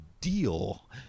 deal